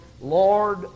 Lord